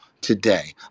today